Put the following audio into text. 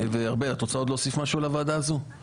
ובעינינו נכון יותר שהוועדות הקבועות יוקמו במקשה אחת,